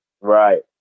Right